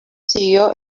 siguió